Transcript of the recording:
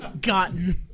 Gotten